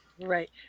Right